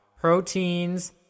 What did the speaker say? proteins